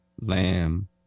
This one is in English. Lamb